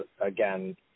again